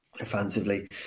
offensively